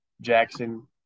Jackson